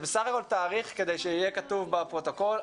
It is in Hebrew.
זה בסך הכול תאריך כדי שיהיה כתוב בפרוטוקול,